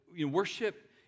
worship